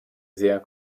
sehr